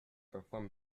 perform